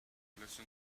listen